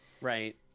Right